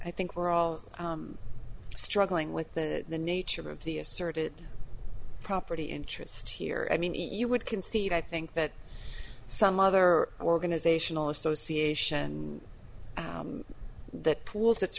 i think we're all struggling with that the nature of the asserted property interests here i mean you would concede i think that some other organizational association that pulls it